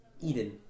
Eden